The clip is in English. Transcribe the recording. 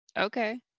Okay